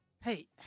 hey